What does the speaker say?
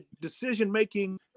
decision-making